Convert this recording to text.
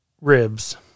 Ribs